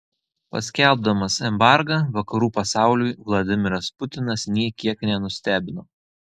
paskelbdamas embargą vakarų pasauliui vladimiras putinas nė kiek nenustebino